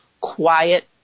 quiet